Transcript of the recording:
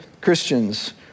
Christians